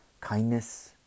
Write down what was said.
kindness